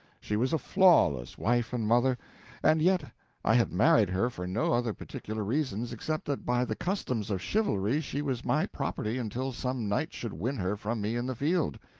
she was a flawless wife and mother and yet i had married her for no other particular reasons, except that by the customs of chivalry she was my property until some knight should win her from me in the field.